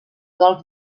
golf